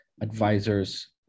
advisors